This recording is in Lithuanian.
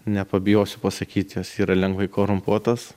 nepabijosiu pasakyt jos yra lengvai korumpuotos